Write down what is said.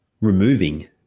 removing